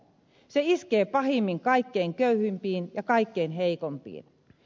se iskee pahimmin kaikkein köyhimpiin ja kaikkein heikoimpiin